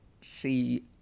see